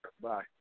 Bye